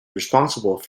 responsible